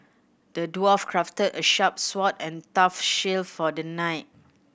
the dwarf crafted a sharp sword and tough shield for the knight